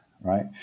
right